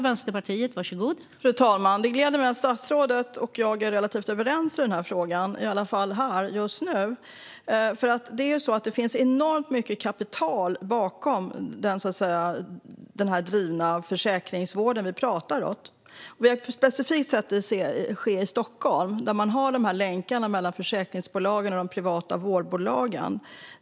Fru talman! Det gläder mig att statsrådet och jag är relativt överens i frågan, i alla fall här och just nu. Det finns enormt mycket kapital bakom den försäkringsdrivna vården som vi talar om. Vi har sett det ske specifikt i Stockholm. Där har man länkar och affärsmässiga band mellan försäkringsbolag och privata vårdbolag.